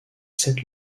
sept